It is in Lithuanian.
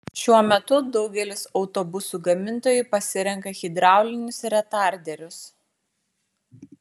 šiuo metu daugelis autobusų gamintojų pasirenka hidraulinius retarderius